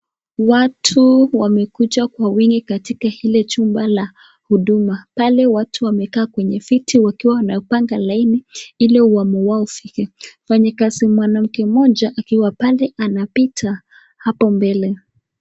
Watu wamekuja kwa wingi katika ile chumba la huduma, pale watu wamekaa kwenye viti wakiwa wanapanga laini ili awamu wao ufike. Mfanyakazi mwanamke mmoja akiwa pale anapita hapo mbele.